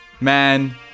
man